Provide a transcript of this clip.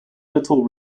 little